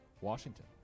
Washington